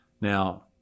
Now